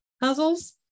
puzzles